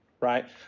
right